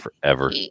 forever